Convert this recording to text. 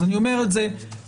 אז אני אומר את זה לך,